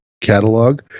catalog